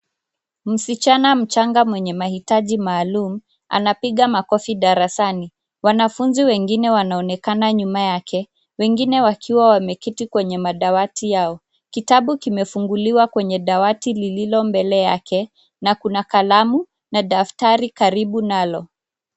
Msichana mchanga mwenye mahitaji maalum anapiga makofi darasani wanafunzi wengine wanaonekana nyuma yake wengine wakiwa wameketi kwenye madawati yao. Kitabu kimefunguliwa kwenye dawati lililo mbele yake na kuna kalamu na daftari karibu nalo.